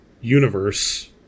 universe